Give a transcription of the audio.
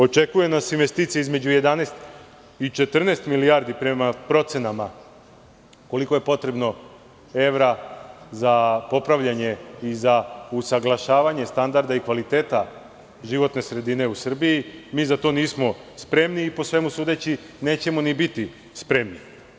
Očekuje nas investicija između 11 i 14 milijardi prema procenama, koliko je potrebno evra za popravljanje i za usaglašavanje standarda i kvaliteta životne sredine u Srbiji, mi za to nismo spremni, i po svemu sudeći nećemo ni biti spremni.